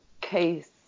case